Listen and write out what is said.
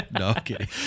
Okay